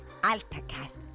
AltaCast